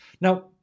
Now